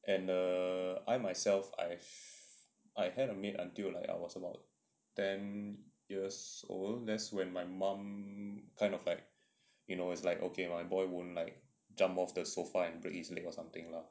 and err I myself I've I had a maid until like I was about ten years old that's when my mom kind of like you know it's like okay my boy won't like jump off the sofa and break his leg or something lah